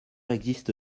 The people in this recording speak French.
existe